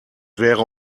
wäre